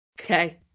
Okay